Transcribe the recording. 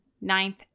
Ninth